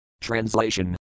Translation